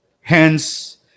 Hence